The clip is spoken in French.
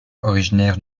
originaire